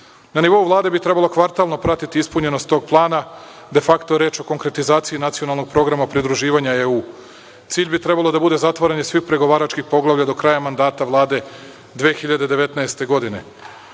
nivou Vlade bi trebalo kvartalno pratiti ispunjenost tog plana. De fakto je reč o konkretizaciji nacionalnog programa pridruživanja EU. Cilj bi trebalo da bude zatvaranje svih pregovaračkih poglavlja do kraja mandata Vlade 2019. godine.